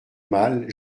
mal